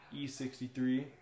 E63